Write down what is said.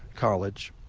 college.